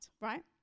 right